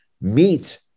meet